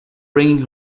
bringing